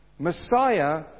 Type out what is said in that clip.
Messiah